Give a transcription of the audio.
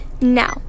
Now